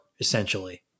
Essentially